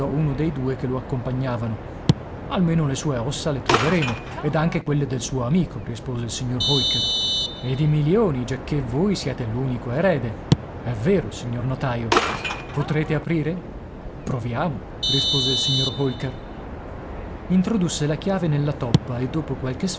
uno dei due che lo accompagnavano almeno le sue ossa le troveremo ed anche quelle del suo amico rispose il signor holker ed i milioni giacché voi siete l'unico erede è vero signor notaio potrete aprire proviamo rispose il signor holker introdusse la chiave nella toppa e dopo qualche